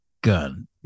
gun